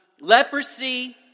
Leprosy